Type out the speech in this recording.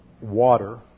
water